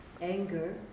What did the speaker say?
anger